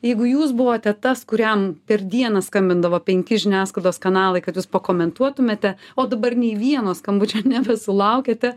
jeigu jūs buvote tas kuriam per dieną skambindavo penki žiniasklaidos kanalai kad jūs pakomentuotumėte o dabar nei vieno skambučio nebesulaukiate